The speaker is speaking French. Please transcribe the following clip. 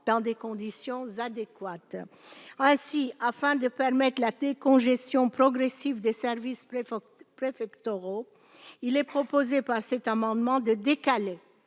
dans des conditions adéquates. Afin de permettre la décongestion progressive des services préfectoraux, il est proposé par cet amendement de décaler